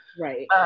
Right